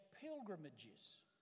pilgrimages